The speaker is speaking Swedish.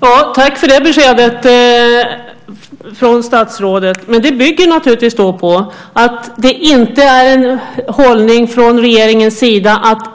Herr talman! Tack för det beskedet från statsrådet! Men det bygger naturligtvis på att det inte är en hållning från regeringens sida att